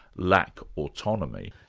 lack autonomy.